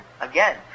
Again